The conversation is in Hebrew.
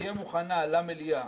תהיה מוכנה למליאה,